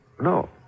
No